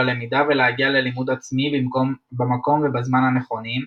הלמידה ולהגיע ללימוד עצמי במקום ובזמן הנכונים.